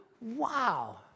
Wow